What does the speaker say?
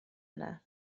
yna